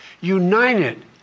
united